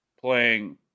playing